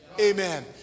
Amen